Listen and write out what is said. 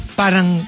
parang